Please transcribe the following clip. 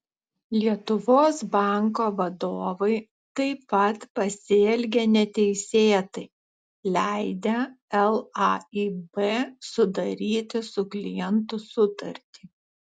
lietuvos banko vadovai taip pat pasielgė neteisėtai leidę laib sudaryti su klientu sutartį